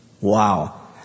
Wow